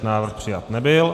Návrh přijat nebyl.